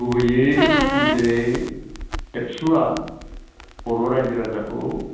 गुबैयै जेरै एबसुआ बर' रायजो राजाखौ